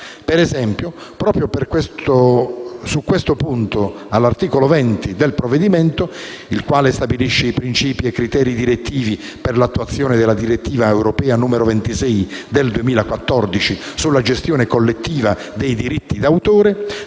Per esempio, proprio su questo punto all'articolo 20 del provvedimento, il quale stabilisce i principi e criteri direttivi per l'attuazione della direttiva europea n. 26 del 2014 sulla gestione collettiva dei diritti d'autore